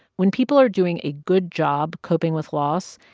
when people are doing a good job coping with loss,